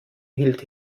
hielt